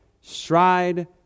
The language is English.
stride